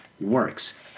works